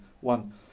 one